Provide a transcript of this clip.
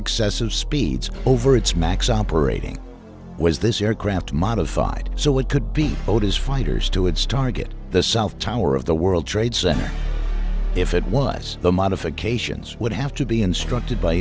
excessive speeds over its max operating was this aircraft modified so it could be sold as fighters to its target the south tower of the world trade center if it was the modifications would have to be instructed by